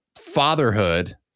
fatherhood